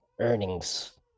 earnings